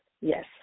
Yes